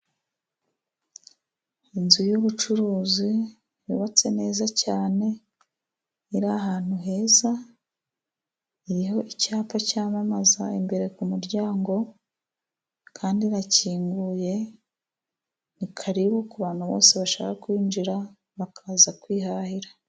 Inzu y'ubucuruzi yubatse neza cyane iri ahantu heza, iriho icyapa cyamamaza imbere ku muryango, kandi irakinguye ni karibu ku bantu bose bashaka kwinjira bakaza kwihahira.